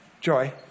joy